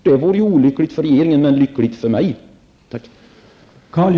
Det vore olyckligt för regeringen, men lyckligt för mig.